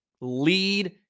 Lead